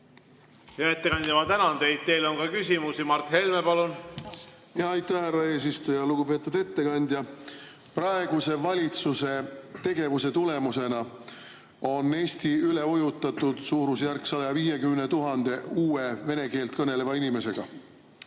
Hea ettekandja, ma tänan teid! Teile on ka küsimusi. Mart Helme, palun! Aitäh, härra eesistuja! Lugupeetud ettekandja! Praeguse valitsuse tegevuse tulemusena on Eesti üle ujutatud suurusjärgus 150 000 uue vene keelt kõneleva inimesega.